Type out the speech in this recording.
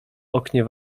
oknie